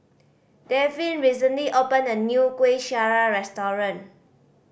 Davin recently opened a new Kuih Syara restaurant